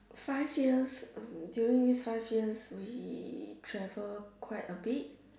five years hmm during these five years we travelled quite a bit